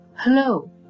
Hello